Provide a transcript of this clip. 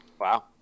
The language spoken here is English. Wow